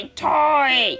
toy